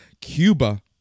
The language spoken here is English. Cuba